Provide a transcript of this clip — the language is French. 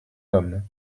homme